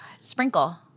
sprinkle